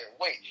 Wait